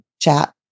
chat